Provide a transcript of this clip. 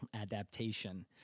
adaptation